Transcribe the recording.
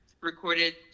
recorded